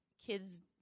kids